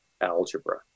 algebra